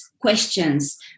questions